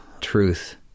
truth